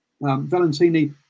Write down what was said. Valentini